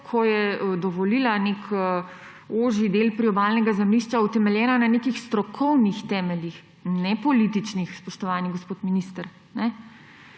ko je dovolila nek ožji del priobalnega zemljišča, utemeljena na nekih strokovnih temeljih, ne političnih, spoštovani gospod minister.